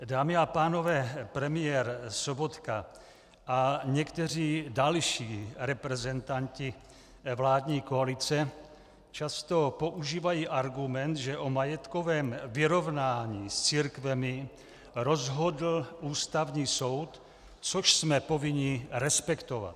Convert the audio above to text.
Dámy a pánové, premiér Sobotka a někteří další reprezentanti vládní koalice často používají argument, že o majetkovém vyrovnání s církvemi rozhodl Ústavní soud, což jsme povinni respektovat.